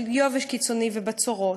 של יובש קיצוני ובצורות,